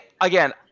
again